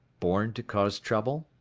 born to cause trouble?